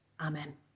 Amen